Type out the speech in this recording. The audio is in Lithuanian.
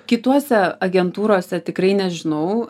kituose agentūrose tikrai nežinau